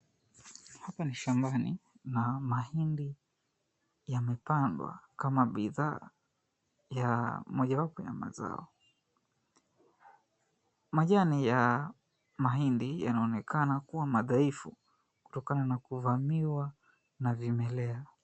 Hapa ni shambani. Kuna mahindi yamepandwa kama bidhaa ya mojawapo ya mazao. Majani ya mahindi yanaonekana kuwa madhaifu kutokana na kuvamiwa na vimelea.